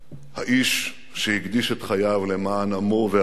האיש שהקדיש את חייו למען עמו וארצו,